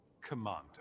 Commander